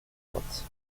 droite